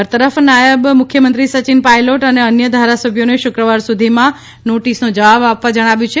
બરતરફ નાયબ મુખ્યમંત્રી સચિન પાયલોટ અને અન્ય ધારાસભ્યોને શુક્રવાર સુધીમાં નોટિસનો જવાબ આપવા જણાવ્યું છે